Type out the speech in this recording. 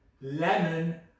lemon